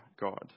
God